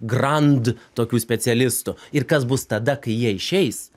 grand tokių specialistų ir kas bus tada kai jie išeis